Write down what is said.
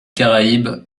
caraïbes